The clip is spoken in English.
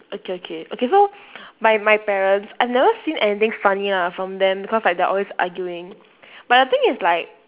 okay okay okay so my my parents I never seen anything funny ah from them because like they are always arguing but the thing is like